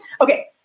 Okay